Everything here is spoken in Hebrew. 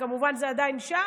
כמובן זה עדיין שם,